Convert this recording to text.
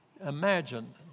Imagine